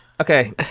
Okay